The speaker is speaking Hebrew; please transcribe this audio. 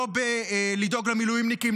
לא לדאוג למילואימניקים,